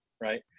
right